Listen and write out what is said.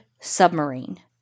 submarine